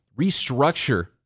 restructure